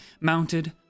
mounted